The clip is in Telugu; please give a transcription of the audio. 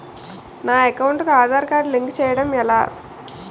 నా అకౌంట్ కు ఆధార్ కార్డ్ లింక్ చేయడం ఎలా?